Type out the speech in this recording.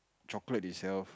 chocolate itself